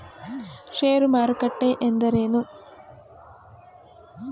ಷೇರು ಮಾರುಕಟ್ಟೆ ಎಂದರೇನು?